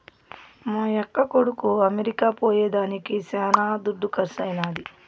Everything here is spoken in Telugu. మా యక్క కొడుకు అమెరికా పోయేదానికి శానా దుడ్డు కర్సైనాది